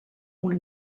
una